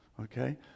Okay